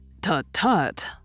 Tut-tut